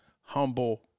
humble